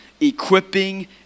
equipping